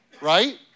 right